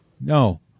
No